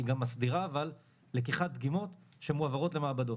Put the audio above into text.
היא גם מסדירה לקיחת דגימות שמועברות למעבדות